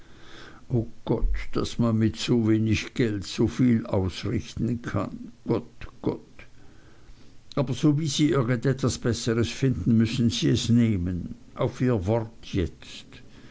o gott daß man mit so wenig geld so viel ausrichten kann gott gott aber sowie sie irgend etwas besseres finden müssen sie es nehmen auf ihr wort jetzt